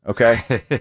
okay